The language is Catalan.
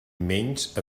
menys